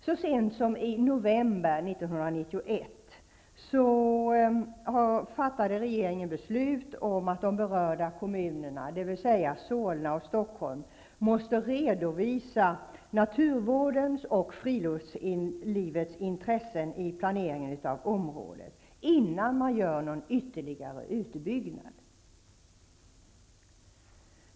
Så sent som i november 1991 fattade regeringen beslut om att de berörda kommunerna, dvs. Solna och Stockholm, måste redovisa naturvårdens och friluftslivets intressen i planeringen av området, innan man gör någon ytterligare utbyggnad.